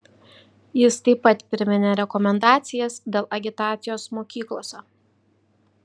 jis taip pat priminė rekomendacijas dėl agitacijos mokyklose